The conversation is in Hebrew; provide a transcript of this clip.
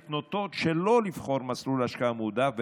נוטות שלא לבחור מסלול השקעה מועדף,